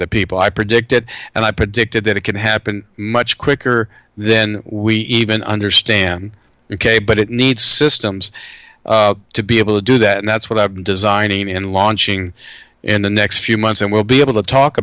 the people i predicted and i predicted that it can happen much quicker then we even understand ok but it needs systems to be able to do that and that's what i'm designing and launching in the next few months and we'll be able to talk